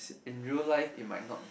in real life it might not be